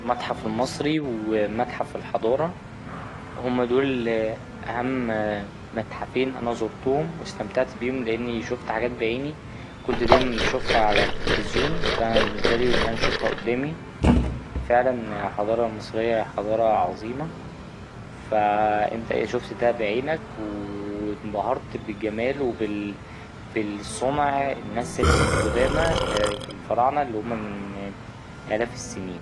المتحف المصري ومتحف الحضارة هما دول أهم متحفين أنا زورتهم واستمتعت بيهم لأني شوفت حاجات بعيني كنت دايما بشوفها على التليفزيون فا أنا بالنسبالي إن أنا أشوفها قدامي فعلا الحضارة المصرية هي حضارة عظيمة فا أنت ايه شوفت ده بعينك وإنبهرت بجماله وبال ـ بالصنع الناس القدامى الفراعنة اللي هما من آلاف السنين.